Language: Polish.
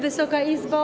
Wysoka Izbo!